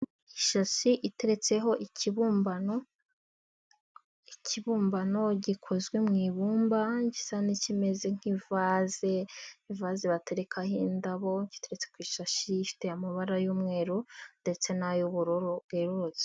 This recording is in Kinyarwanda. Ishasi iteretseho ikibumbano, ikibumbano gikozwe mu ibumba gisa n'ikimeze nk'ivaze, ivaze baterekaho indabo, giteretse ku ishashi ifite amabara y'umweru ndetse n'ay'ubururu bwerurutse.